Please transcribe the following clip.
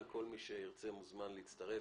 כל מי שירצה מוזמן להצטרף,